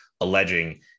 alleging